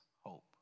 hope